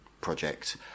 project